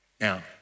Now